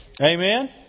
Amen